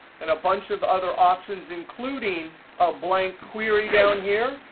and a bunch of other options, including a blank query down here.